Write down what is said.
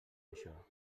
això